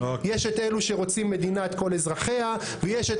יש את אילו שרוצים מדינת כל אזרחי ויש את